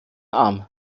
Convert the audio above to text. arm